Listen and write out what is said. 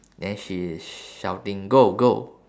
then she is shouting go go